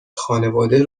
خانواده